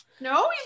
No